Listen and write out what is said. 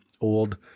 old